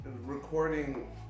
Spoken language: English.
recording